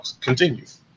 continues